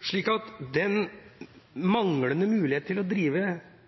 Så den manglende muligheten til å drive